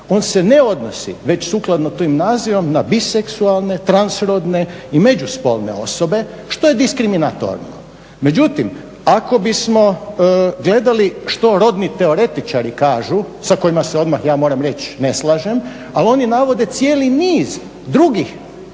On se ne odnosi već sukladno tim nazivom na biseksualne, transrodne i međuspolne osobe što je diskriminatorno. Međutim ako bismo gledali što rodni teoretičari kažu, sa kojima se odmah ja moram reći ne slažem, ali oni navode cijeli niz drugih varijanti